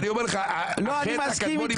ואני אומר לך: החטא הקדמון.